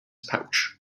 pouch